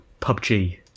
PUBG